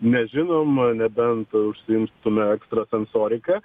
nežinom nebent užsiimtume ekstrasensorika